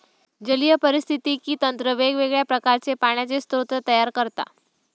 जलीय पारिस्थितिकी तंत्र वेगवेगळ्या प्रकारचे पाण्याचे स्रोत तयार करता